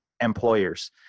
employers